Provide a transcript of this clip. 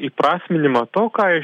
įprasminimą to ką